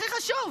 הכי חשוב,